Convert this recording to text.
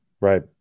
right